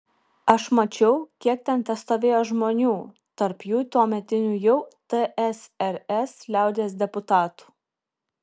aš mačiau kiek ten testovėjo žmonių tarp jų tuometinių jau tsrs liaudies deputatų